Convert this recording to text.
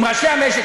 עם ראשי המשק.